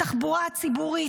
התחבורה הציבורית,